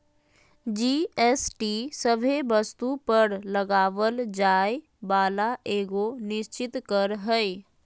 GST सभे वस्तु पर लगावल जाय वाला एगो निश्चित कर हय